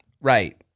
Right